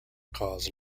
cause